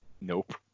Nope